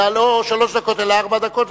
אלא לא שלוש דקות אלא ארבע דקות,